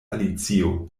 alicio